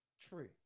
True